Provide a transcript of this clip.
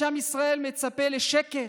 כשעם ישראל מצפה לשקט,